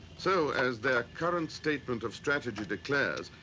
so, as their current statement of strategy declares,